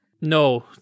No